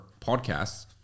podcasts